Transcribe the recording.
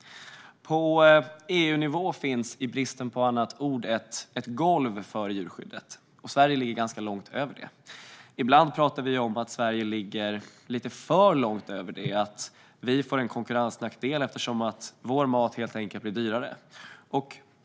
På EU-nivå finns, i brist på annat ord, ett golv för djurskyddet, och Sverige ligger ganska högt över detta golv. Ibland talas det om att Sverige ligger lite för högt över det och att vi får en konkurrensnackdel, eftersom vår mat helt enkelt blir dyrare.